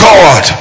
God